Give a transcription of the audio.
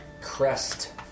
crest